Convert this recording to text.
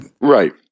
Right